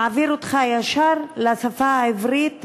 זה מעביר אותך ישר לשפה העברית,